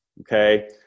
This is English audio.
okay